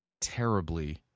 terribly